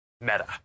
Meta